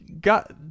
got